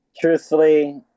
Truthfully